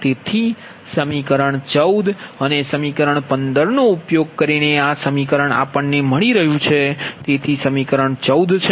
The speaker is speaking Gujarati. તેથી સમીકરણ 14 અને 15 નો ઉપયોગ કરીને આ સમીકરણ આપણને મળી રહ્યું છે તેથી સમીકરણ 14 છે